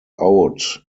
out